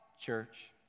church